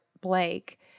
Blake